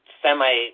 semi